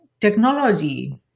technology